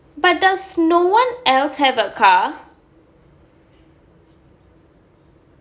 but does no one else have a car